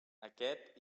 aquest